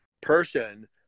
person